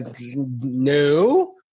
no